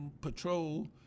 patrol